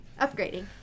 Upgrading